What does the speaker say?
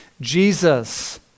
Jesus